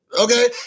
okay